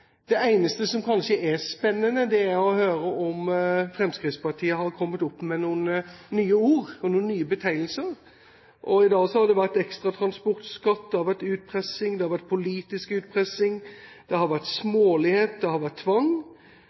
Det eneste som kanskje er spennende, er å høre om Fremskrittspartiet har kommet opp med noen nye ord, noen nye betegnelser. I dag har det vært ekstra transportskatt, det har vært utpressing, det har vært politisk utpressing, det har vært smålighet, det har vært tvang.